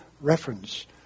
reference